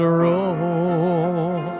roll